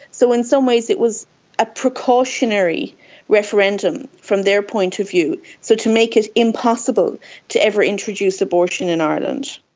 so in some ways it was a precautionary referendum from their point of view, so to make it impossible to ever introduce abortion in ireland.